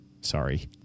Sorry